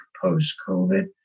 post-COVID